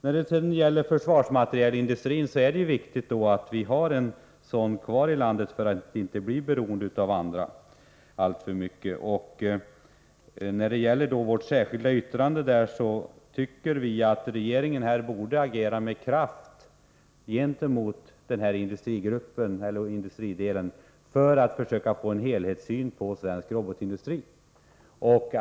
När det gäller försvarsmaterielindustrin är det viktigt att vi har en sådan kvar i landet för att inte bli alltför mycket beroende av andra. I vårt särskilda yttrande framhåller vi att regeringen borde agera med kraft när det gäller denna industridel, för att försöka få en helhetssyn på svensk robotindustri.